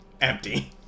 empty